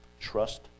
trust